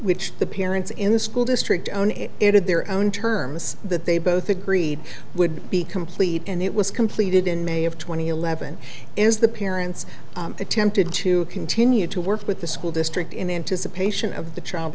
which the parents in the school district own it had their own terms that they both agreed would be complete and it was completed in may of two thousand and eleven is the parents attempted to continue to work with the school district in anticipation of the child